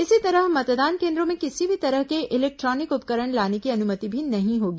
इसी तरह मतदान केन्द्रों में किसी भी तरह के इलेक्ट्रॉनिक उपकरण लाने की अनुमति भी नहीं होगी